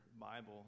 Bible